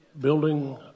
building